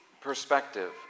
perspective